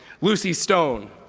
lucy stone,